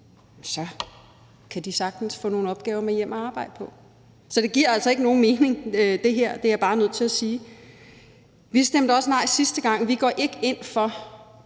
kan de sagtens få nogle opgaver med hjem at arbejde med. Så det her giver altså ikke nogen mening; det er jeg bare nødt til at sige. Vi stemte også nej sidste gang, og vi går ikke ind for